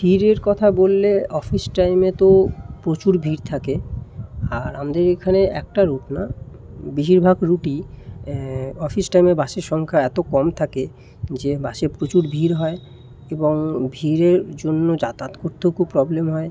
ভিড়ের কথা বললে অফিস টাইমে তো প্রচুর ভিড় থাকে আর আমাদের এখানে একটা রুট না বেশিরভাগ রুটই অফিস টাইমে বাসের সংখ্যা এত কম থাকে যে বাসে প্রচুর ভিড় হয় এবং ভিড়ের জন্য যাতায়াত করতেও খুব প্রব্লেম হয়